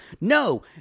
no